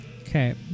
Okay